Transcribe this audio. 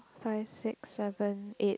five six seven eight